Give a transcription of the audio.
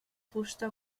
fusta